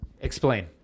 Explain